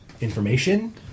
information